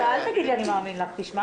יצאנו